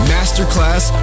Masterclass